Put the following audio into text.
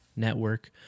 network